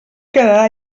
quedarà